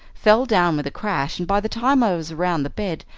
fell down with a crash, and by the time i was around the bed,